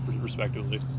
respectively